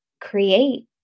create